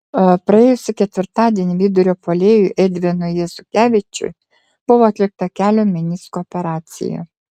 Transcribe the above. praėjusį ketvirtadienį vidurio puolėjui edvinui jezukevičiui buvo atlikta kelio menisko operacija